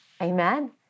Amen